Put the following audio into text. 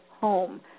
home